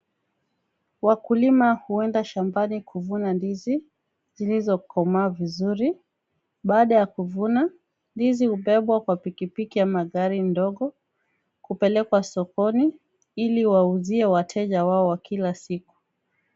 Wakulima huenda shambani kuvuna ndizi zilizokomaa vizuri, baada ya kuvuna ndizi hubebwa kwa pikipiki ama gari ndogo, kupeleka sokoni ili wauzie wateja wao wa kila siku.